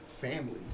Family